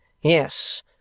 Yes